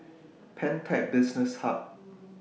Pantech Business Hub